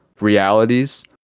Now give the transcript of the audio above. Realities